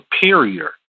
superior